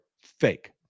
fake